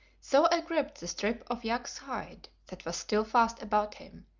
so i gripped the strip of yak's hide that was still fast about him,